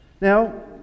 Now